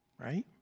right